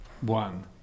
one